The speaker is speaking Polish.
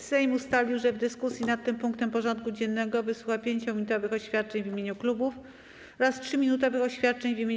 Sejm ustalił, że w dyskusji nad tym punktem porządku dziennego wysłucha 5-minutowych oświadczeń w imieniu klubów oraz 3-minutowych oświadczeń w imieniu kół.